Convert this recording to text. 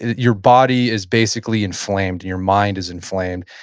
your body is basically inflamed and your mind is inflamed.